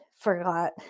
forgot